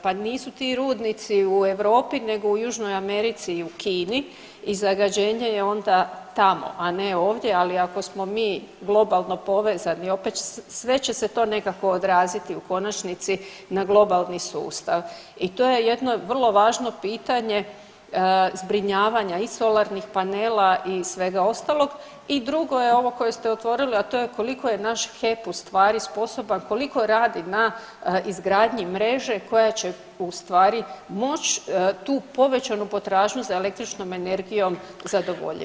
Pa nisu ti rudnici u Europi nego u Južnoj Americi i u Kini i zagađenje je onda tamo, a ne ovdje, ali ako smo mi globalno povezani, opet će se, sve će se to nekako odraziti u konačnici na globalni sustav i to je jedno vrlo važno pitanje zbrinjavanja i solarnih panela i svega ostalog i drugo je ovo koje ste otvorili, a to je koliko je naš HEP ustvari sposoban, koliko radi na izgradnji mreže koja će ustvari moći tu povećanju potražnju za električnom energijom zadovoljiti.